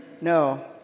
No